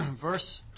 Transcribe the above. Verse